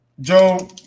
Joe